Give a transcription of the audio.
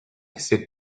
sit